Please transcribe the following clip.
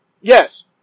Yes